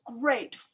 great